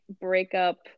breakup